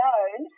own